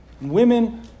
Women